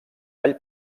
ball